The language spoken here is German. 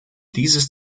dieses